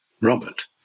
Robert